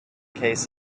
case